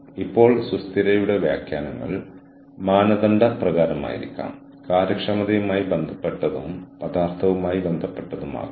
കൂടാതെ സേവന ദാതാവ് ആ പ്രശ്നം പരിഹരിക്കുമ്പോൾ അവരുടെ പ്രശ്നം പരിഹരിക്കുന്നതിൽ സേവന ദാതാവ് ഒരു റോഡ്ബ്ലോക്ക് അടിച്ചേക്കാം